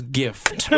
gift